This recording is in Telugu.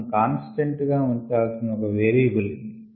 మనం కాన్స్టెంట్ గా ఉంచాల్సిన ఒక వేరియబుల్ ఇది